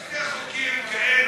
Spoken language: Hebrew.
שני חוקים כאלו,